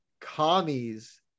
commies